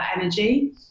energy